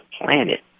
planet